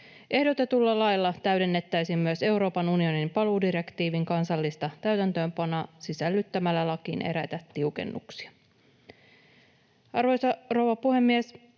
Ehdotetulla lailla täydennettäisiin myös Euroopan unionin paluudirektiivin kansallista täytäntöönpanoa sisällyttämällä lakiin eräitä tiukennuksia. Arvoisa rouva puhemies!